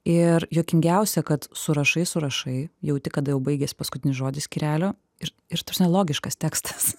ir juokingiausia kad surašai surašai jauti kada jau baigės paskutinis žodis skyrelio ir ir ta prasme logiškas tekstas